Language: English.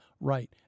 right